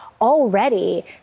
Already